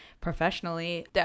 professionally